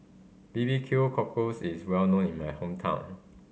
B B Q cockles is well known in my hometown